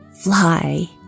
fly